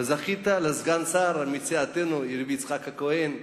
וזכית לסגן שר מסיעתנו, יצחק הכוהן,